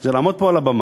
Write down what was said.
היא לעמוד פה, על הבמה,